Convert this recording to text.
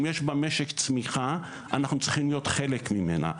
אם יש במשק צמיחה אנחנו צריכים להיות חלק ממנה.